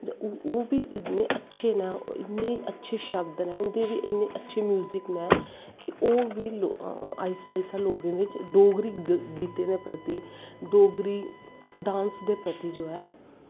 ओह् बी इन्ने अच्छे न इन्ने अच्छे शब्द नै इन्ने अच्छी म्यूजिक नै कि होरबी आस्ता आस्ता लोगें बिच्च डोगरी गीतें दे प्रती डोगरी डांस दे प्रती जो ऐ